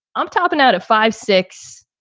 i'm talking out of five, six.